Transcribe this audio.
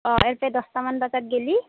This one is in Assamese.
অঁ ইয়াৰপে দছটামান বাজাত গেলি